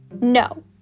No